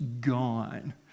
gone